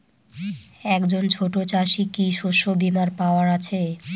একজন ছোট চাষি কি শস্যবিমার পাওয়ার আছে?